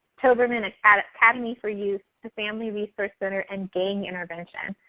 toberman academy academy for use the family resource center and gang intervention.